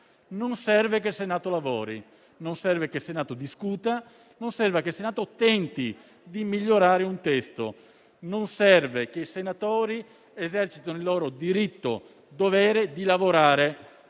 non serve che lavori, non serve che discuta, non serve che tenti di migliorare un testo. Non serve che i senatori esercitino il loro diritto-dovere di lavorare,